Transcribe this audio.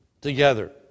together